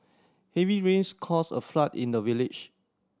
heavy rains caused a flood in the village